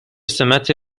سمت